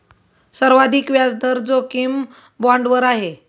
सर्वाधिक व्याजदर जोखीम बाँडवर आहे